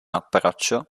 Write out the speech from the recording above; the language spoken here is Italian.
approccio